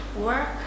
work